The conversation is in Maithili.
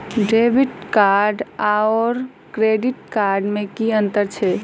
डेबिट कार्ड आओर क्रेडिट कार्ड मे की अन्तर छैक?